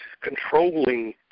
controlling